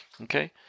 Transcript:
okay